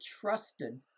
trusted